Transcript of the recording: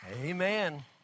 Amen